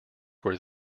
were